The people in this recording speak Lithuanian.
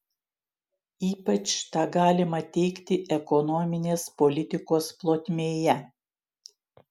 ypač tą galima teigti ekonominės politikos plotmėje